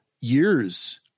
years